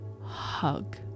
hug